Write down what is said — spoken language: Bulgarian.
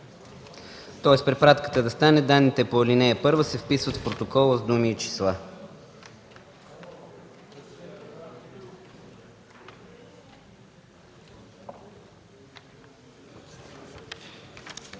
Тоест препратката да стане „данните по ал. 1 се вписват в протокола с думи и числа”.